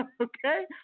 Okay